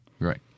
Right